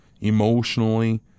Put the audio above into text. emotionally